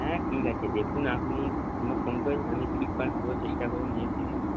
হ্যাঁ ঠিক আছে দেখুন আপনি আমায় ফোন করেন আমি ঠিক করার পুরো চেষ্টা করবো নিজের থেকে